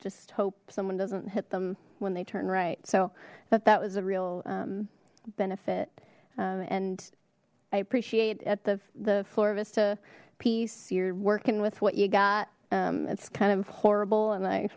just hope someone doesn't hit them when they turn right so that that was a real benefit and i appreciate at the the floor vista piece you're working with what you got it's kind of horrible and i